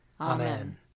Amen